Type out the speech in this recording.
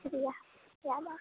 जियाह Rama